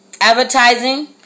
advertising